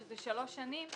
שזה שלוש שנים,